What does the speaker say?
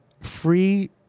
free